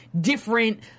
different